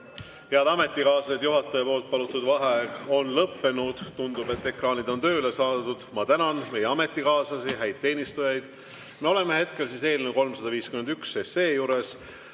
Head ametikaaslased, juhataja palutud vaheaeg on lõppenud. Tundub, et ekraanid on tööle saadud. Ma tänan meie ametikaaslasi, häid teenistujaid! Me oleme hetkel eelnõu 351 juures.